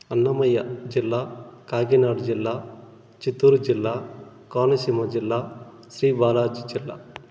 అన్నమయ్య జిల్లా కాకినాడ జిల్లా చిత్తూరు జిల్లా కోనసీమ జిల్లా శ్రీ బాలాజీ జిల్లా